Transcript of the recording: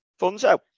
Funzo